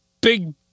big